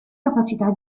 capacità